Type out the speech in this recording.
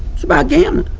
it's about gambling.